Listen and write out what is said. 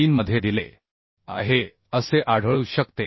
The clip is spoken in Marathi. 3 मध्ये दिले आहे असे आढळू शकते